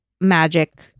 magic